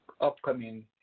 upcoming